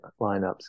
lineups